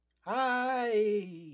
Hi